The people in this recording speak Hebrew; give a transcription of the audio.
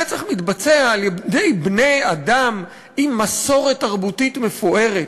הרצח מתבצע על-ידי בני-אדם עם מסורת תרבותית מפוארת,